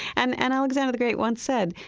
and and alexander the great once said,